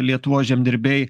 lietuvos žemdirbiai